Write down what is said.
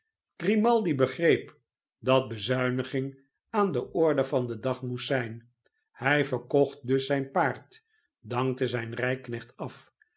grimaldi begreep dat bezuiniging aan de orde van den dag moest zijn hy verkocht dus zijn paard dankte zijn rijknecht af